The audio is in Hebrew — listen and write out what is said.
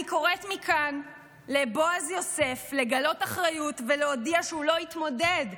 אני קוראת מכאן לבועז יוסף לגלות אחריות ולהודיע שהוא לא יתמודד.